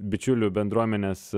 bičiulių bendruomenės